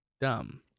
Dumb